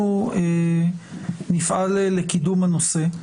נפעל לקידום הנושא.